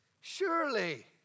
surely